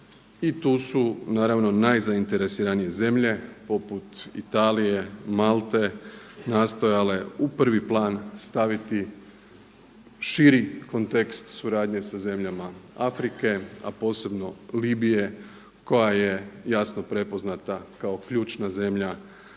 i tu su naravno najzainteresiranije zemlje poput Italije, Malte, nastojale u prvi plan staviti širi kontekst suradnje sa zemljama Afrike a posebno Libije koja je jasno prepoznata kao ključna zemlja prigodom